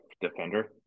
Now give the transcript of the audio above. defender